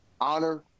honor